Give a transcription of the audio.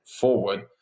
forward